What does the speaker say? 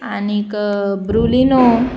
आनीक ब्रुलिनो